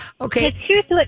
Okay